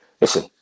listen